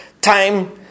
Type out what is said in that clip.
Time